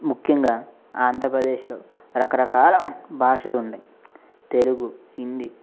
ముఖ్యంగా ఆంధ్రప్రదేశ్లో రకరకాల భాషలు ఉన్నాయి తెలుగు హిందీ